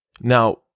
Now